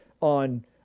on